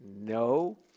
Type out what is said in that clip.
no